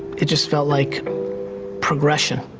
it just felt like progression.